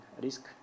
risk